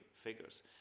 figures